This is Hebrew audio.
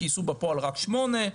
גייסו בפועל רק שמונה.